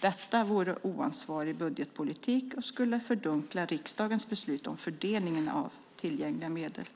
Detta vore en oansvarig budgetpolitik och skulle fördunkla riksdagens beslut om fördelningen av tillgängliga medel.